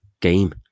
game